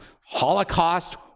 Holocaust